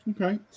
Okay